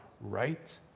right